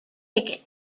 ticket